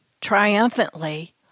triumphantly